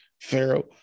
Pharaoh